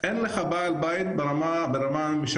אין לך בעל בית ברמה הממשלתית,